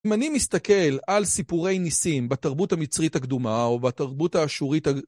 אם אני מסתכל על סיפורי ניסים בתרבות המצרית הקדומה או בתרבות האשורית ה...